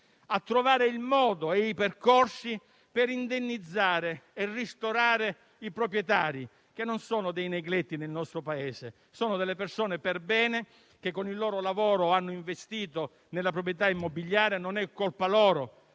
a trovare il modo e i percorsi per indennizzare e ristorare i proprietari, che non sono dei negletti nel nostro Paese. Sono persone perbene, che con il loro lavoro hanno investito nella proprietà immobiliare: non è colpa loro